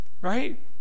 right